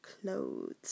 clothes